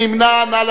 נא להצביע.